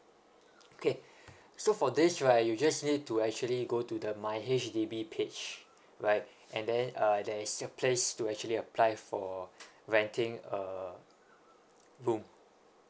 okay so for this right you just need to actually go to the my H_D_B page right and then there's a place to actually apply for renting a room